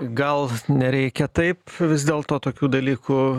gal nereikia taip vis dėlto tokių dalykų